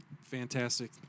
Fantastic